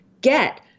get